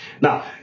Now